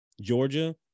Georgia